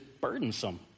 burdensome